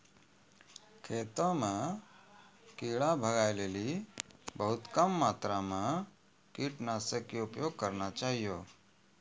खेतों म कीड़ा भगाय लेली बहुत कम मात्रा मॅ कीटनाशक के उपयोग करना चाहियो